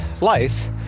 life